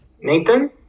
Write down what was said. Nathan